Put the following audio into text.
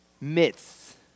myths